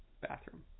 bathroom